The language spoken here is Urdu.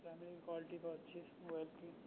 کیمرے کی کوائلٹی بہت اچھی ہے اس موبائل کی